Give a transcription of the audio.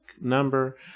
number